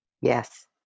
Yes